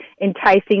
enticing